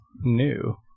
new